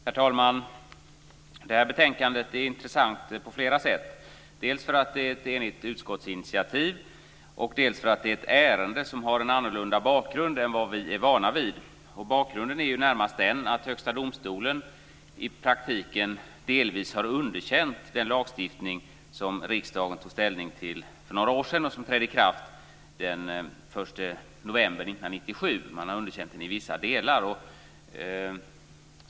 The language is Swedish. Herr talman! Det här betänkandet är intressant på flera sätt, dels för att det är ett enigt utskottsinitiativ, dels för att det är ett ärende som har en annorlunda bakgrund än vi är vana vid. Bakgrunden är närmast den att Högsta domstolen i praktiken delvis har underkänt den lagstiftning som riksdagen tog ställning till för några år sedan och som trädde i kraft den 1 november 1997. Man har underkänt den i vissa delar.